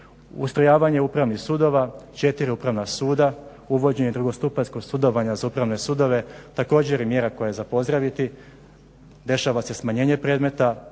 Ustrojavanje upravnih sudova, četiri upravna suda, uvođenje drugostupanjskog sudovanja za upravne sudove, također je mjera koja je za pozdraviti, dešava se smanjenje predmeta,